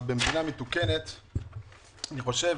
במדינה מתוקנת אני חושב